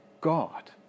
God